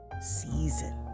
season